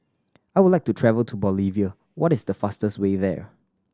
I would like to travel to Bolivia what is the fastest way there